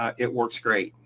it works great.